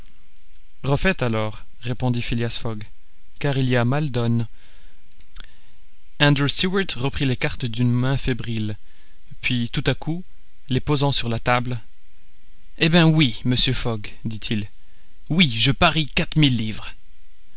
car il y a maldonne andrew stuart reprit les cartes d'une main fébrile puis tout à coup les posant sur la table eh bien oui monsieur fogg dit-il oui je parie quatre mille livres